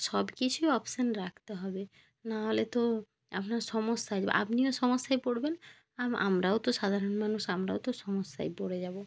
সব কিছুই অপশন রাখতে হবে নাহলে তো আপনার সমস্যা হয়ে যাবে আপনিও সমস্যায় পড়বেন আর আমরাও তো সাধারণ মানুষ আমরাও তো সমস্যায় পড়ে যাব